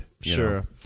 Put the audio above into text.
Sure